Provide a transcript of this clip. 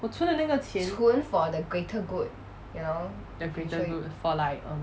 我存的那个钱 the greater good for like um